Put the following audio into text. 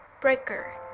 Breaker